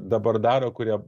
dabar daro kurie